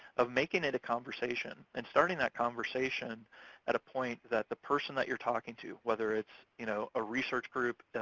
of making it a conversation, and starting that conversation at a point that the person that you're talking to, whether it's you know a research group,